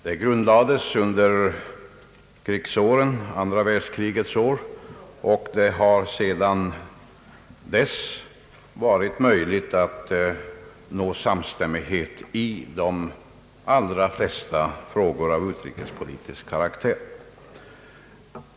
Den grundlades under andra världskrigets år, och det har sedan dess varit möjligt att nå samstämmighet i de allra flesta frågor av utrikespolitisk karaktär.